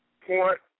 point